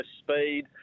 Speed